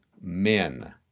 men